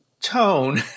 tone